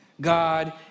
God